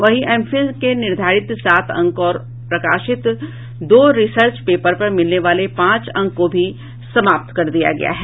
वहीं एमफिल के निर्धारित सात अंक और प्रकाशित दो रिसर्च पेपर पर मिलने वाले पांच अंक को भी समाप्त कर दिया गया है